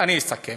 אני מסכם.